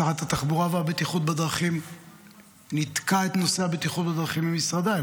שרת התחבורה והבטיחות בדרכים ניתקה את נושא הבטיחות בדרכים ממשרדה,